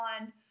on